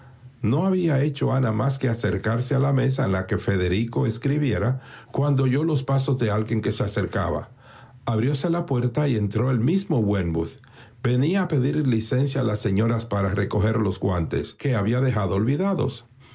no había hecho ana más que acercarse a la mesa en la que federico escribiera cuando oyó los pasos de alguien que se acercaba abrióse la puerta y entró el mismo wentworth venía a pedir licencia a las señoras para recoger los guantes que había dejado olvidados